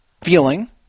feeling